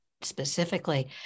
specifically